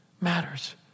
matters